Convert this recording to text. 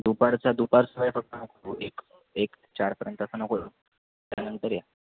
दुपारचा दुपारस फक्त नको एक चारपर्यंत असं नको त्यानंतर या